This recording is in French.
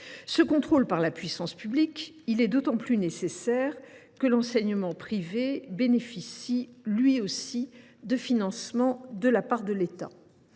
Ce contrôle par la puissance publique est d’autant plus nécessaire que l’enseignement privé bénéficie lui aussi de financements de la part de l’État.